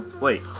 Wait